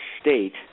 state